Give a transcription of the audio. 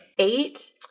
Eight